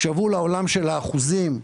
כשעברו לעולם של האחוזים,